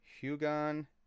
Hugon